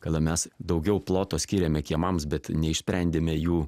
kada mes daugiau ploto skiriame kiemams bet neišsprendėme jų